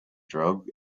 drug